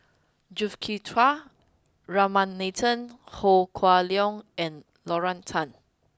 Juthika Ramanathan Ho Kah Leong and Lorna Tan